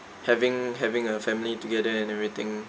having having a family together and everything